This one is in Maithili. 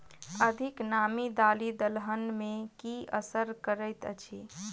अधिक नामी दालि दलहन मे की असर करैत अछि?